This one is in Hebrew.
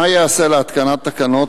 מה ייעשה להתקנת תקנות,